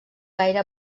gaire